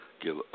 give